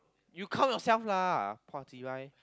you count yourself lah !wah! puah cheebye